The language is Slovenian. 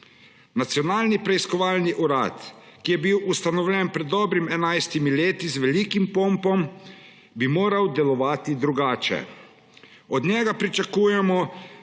Nacionalni preiskovalni urad, ki je bil ustanovljen pred dobrimi 11 leti z velikim pompom, bi moral delovati drugače. Od njega pričakujemo,